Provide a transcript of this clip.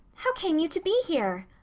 how came you to be here?